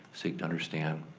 seek to understand,